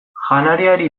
janariari